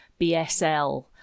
BSL